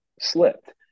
slipped